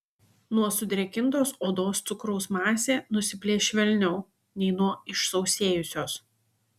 nuo sudrėkintos odos cukraus masė nusiplėš švelniau nei nuo išsausėjusios